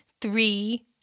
three